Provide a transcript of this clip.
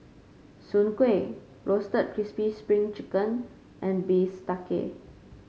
Soon Kuih Roasted Crispy Spring Chicken and bistake